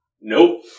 Nope